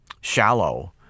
shallow